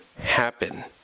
happen